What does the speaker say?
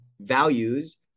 values